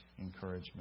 encouragement